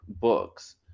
books